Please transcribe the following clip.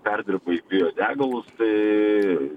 perdirba į biodegalus tai